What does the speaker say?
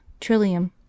Trillium